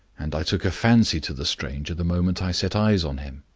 and i took a fancy to the stranger the moment i set eyes on him.